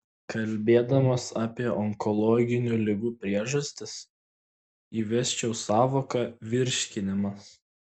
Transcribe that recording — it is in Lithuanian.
kalbėdamas apie onkologinių ligų priežastis įvesčiau sąvoką virškinimas